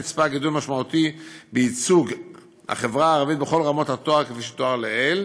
נצפה גידול משמעותי בייצוג החברה הערבית בכל רמות התואר כפי שתואר לעיל.